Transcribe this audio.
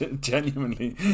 genuinely